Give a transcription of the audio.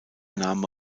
name